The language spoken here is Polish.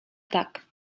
tak